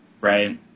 Right